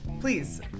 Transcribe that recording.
Please